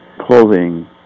clothing